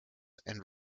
and